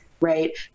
right